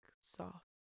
soft